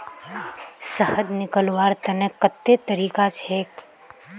शहद निकलव्वार तने कत्ते तरीका छेक?